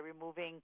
removing